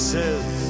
says